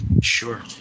Sure